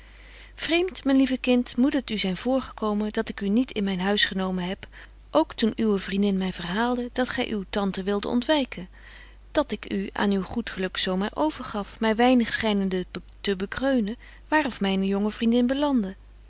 vreemt myn lieve kind moet het u zyn voorgekomen dat ik u niet in myn huis genomen heb k toen uwe vriendin my verhaalde dat gy uw tante wilde ontwyken dat ik u aan uw goed geluk zo maar overgaf my weibetje wolff en aagje deken historie van mejuffrouw sara burgerhart nig schynende te bekreunen waar of myne jonge vriendin belandde